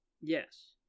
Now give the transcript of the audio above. Yes